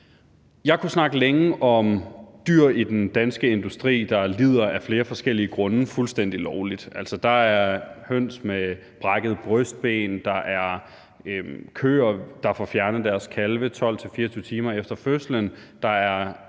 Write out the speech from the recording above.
Jeg kunne snakke længe om dyr i den danske industri, der lider af flere forskellige grunde fuldstændig lovligt. Altså, der er høns med brækkede brystben; der er køer, der får fjernet deres kalve 12-24 timer efter fødslen; der er